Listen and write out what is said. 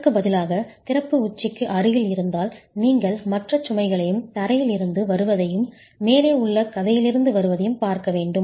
அதற்கு பதிலாக திறப்பு உச்சிக்கு அருகில் இருந்தால் நீங்கள் மற்ற சுமைகளையும் தரையில் இருந்து வருவதையும் மேலே உள்ள கதையிலிருந்து வருவதையும் பார்க்க வேண்டும்